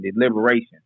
deliberation